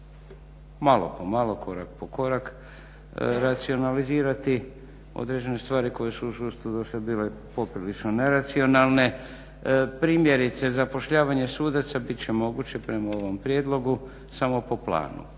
malo po malo, korak po korak, racionalizirati određene stvari koje su još dosta loše bile poprilično neracionalne primjerice zapošljavanje sudaca bit će moguće prema ovom prijedlogu samo po planu,